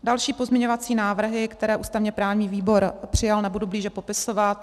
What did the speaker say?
Další pozměňovací návrhy, které ústavněprávní výbor přijal, nebudu blíže popisovat.